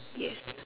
yes